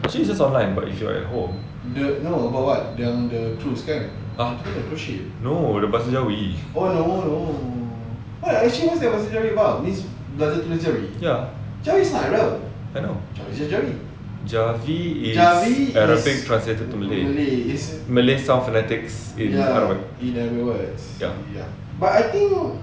actually it's just online but if you are at home no the bahasa jawi ya I know jawi is arabic translated to malay malay sounds phonetic in arabic yup